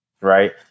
Right